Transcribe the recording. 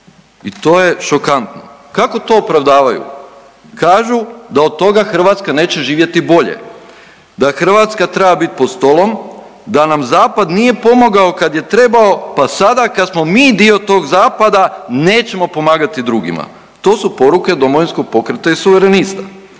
i to je šokantno. Kako to opravdavaju? Kažu da od toga Hrvatska neće živjeti bolje, da Hrvatska treba biti pod stolom, da nam zapad nije pomogao kada je trebao pa sada kada smo mi dio tog zapada nećemo pomagati drugima. To su poruke Domovinskog pokreta i Suverenista.